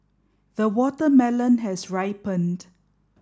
the watermelon has ripened